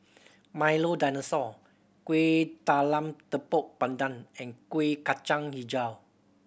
Milo Dinosaur Kueh Talam Tepong Pandan and Kuih Kacang Hijau